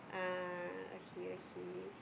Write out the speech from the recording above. ah okay okay